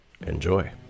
Enjoy